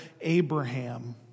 Abraham